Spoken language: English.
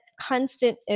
constant